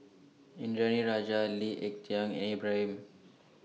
Indranee Rajah Lee Ek Tieng Ibrahim